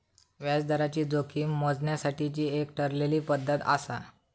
व्याजदराची जोखीम मोजण्यासाठीची एक ठरलेली पद्धत आसा